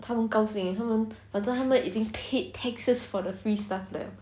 他们高兴他们反正他们已经 paid taxes for the free stuff liao